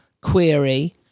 query